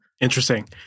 Interesting